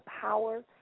power